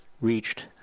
reached